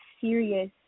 serious